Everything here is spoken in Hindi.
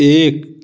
एक